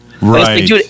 Right